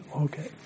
Okay